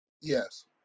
Yes